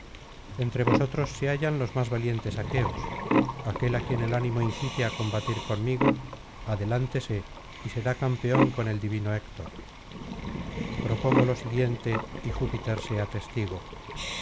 entre vosotros se hallan los más valientes aqueos aquel á quien el ánimo incite á combatir conmigo adelántese y será campeón con el divino héctor propongo lo siguiente y júpiter sea testigo